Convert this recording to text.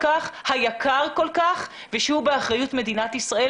היקר כל כך ושהוא באחריות מדינת ישראל